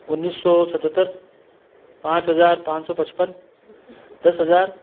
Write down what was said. उन्नीस सौ सतहत्तर पांच हजार पाँच सौ पचपन दस हजार